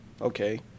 okay